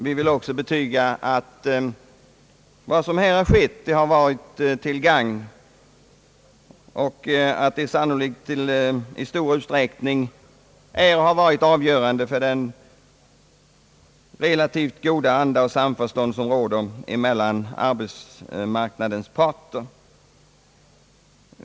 Vi vill också betyga att vad som skett har varit till gagn och sannolikt i stor utsträckning varit avgörande för den relativt goda anda och det samförstånd som råder mellan arbetsmarknadens parter i vårt land.